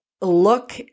look